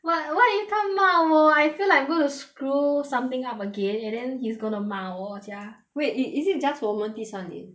!wah! what if 他骂我 I feel like I'm going to screw something up again and then he's gonna 骂我 sia wait i~ is it just 我们第三名